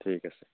ঠিক আছে